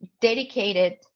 dedicated